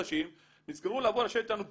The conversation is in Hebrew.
נזכרו לשבת איתנו ביולי,